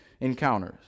encounters